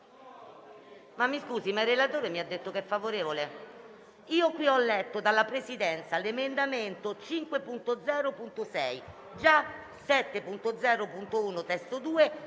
Mi scusi, ma il relatore mi ha detto che è favorevole. Io qui ho letto, dalla Presidenza, che l'emendamento 5.0.6 (testo 2) (già